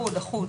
אחוד.